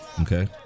Okay